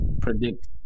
predict